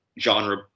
genre